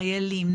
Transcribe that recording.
חיילים,